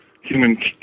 human